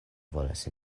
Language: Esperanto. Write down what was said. volas